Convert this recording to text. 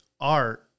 art